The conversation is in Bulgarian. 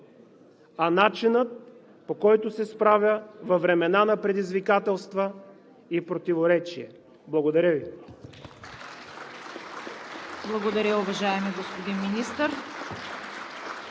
а начинът, по който се справя във времена на предизвикателства и противоречия“. Благодаря Ви.